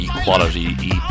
Equality